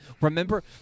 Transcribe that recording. Remember